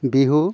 Bihu